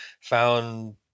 found